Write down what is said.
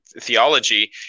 theology